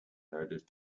noted